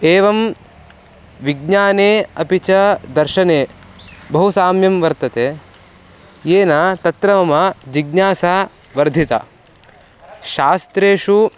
एवं विज्ञाने अपि च दर्शने बहु साम्यं वर्तते येन तत्र मम जिज्ञासा वर्धिता शास्त्रेषु